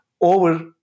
over